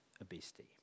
obesity